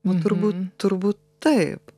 nu turbūt turbūt taip